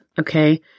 okay